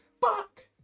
Fuck